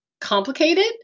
Complicated